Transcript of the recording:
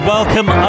Welcome